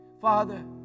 Father